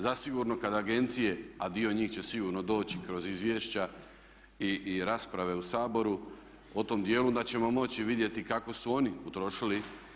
Zasigurno kada agencije a dio njih će sigurno doći kroz izvješća i rasprave u Saboru o tom djelu onda ćemo moći vidjeti kako su oni utrošili.